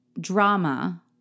drama